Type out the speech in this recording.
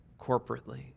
corporately